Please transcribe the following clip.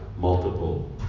multiple